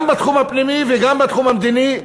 גם בתחום הפנימי וגם בתחום המדיני,